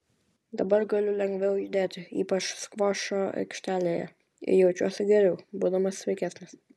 dabar galiu lengviau judėti ypač skvošo aikštelėje ir jaučiuosi geriau būdamas sveikesnis